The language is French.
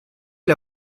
est